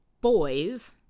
boys